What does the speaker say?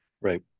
right